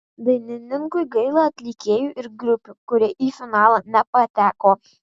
dainininkui gaila atlikėjų ir grupių kurie į finalą nepateko